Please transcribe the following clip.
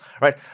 right